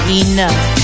enough